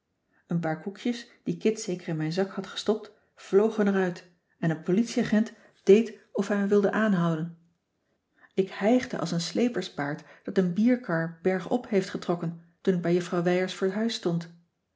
een paar koekjes die kit zeker in mijn zak had gestopt vlogen er uit en een politieagent deed of hij me cissy van marxveldt de h b s tijd van joop ter heul wilde aanhouden ik hijgde als een sleeperspaard dat een bierkar bergop heeft getrokken toen ik bij juffrouw wijers voor huis stond